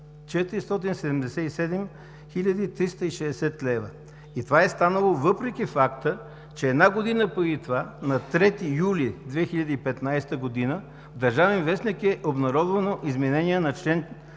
хил. 360 лв. и това е станало въпреки факта, че една година преди това на 3 юли 2015 г. в „Държавен вестник“ е обнародвано изменение на чл.